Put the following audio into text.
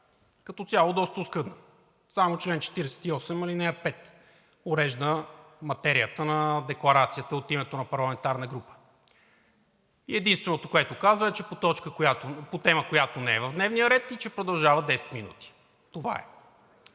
Като цяло доста оскъдна – само чл. 48, ал. 5 урежда материята на декларацията от името на парламентарна група. И единственото, което казва, е, че е по тема, която не е в дневния ред, и че продължава 10 минути. Това е.